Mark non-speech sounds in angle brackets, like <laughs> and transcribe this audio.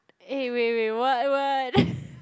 eh wait wait what what <laughs>